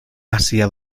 hacia